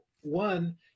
one